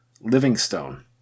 Livingstone